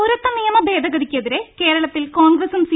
പൌരത്വ നിയമ ഭേദഗതിക്കെതിരെ കേരളത്തിൽ കോൺഗ്രസും സി